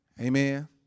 Amen